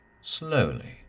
slowly